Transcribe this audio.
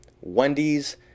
Wendy's